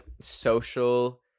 social